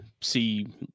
see